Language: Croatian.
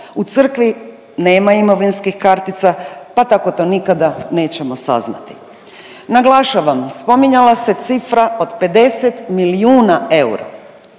U crkvi nema imovinskih kartica, pa tako to nikada nećemo saznati. Naglašavam spominjala se cifra od 50 milijuna eura.